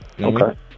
Okay